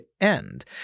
end